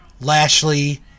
Lashley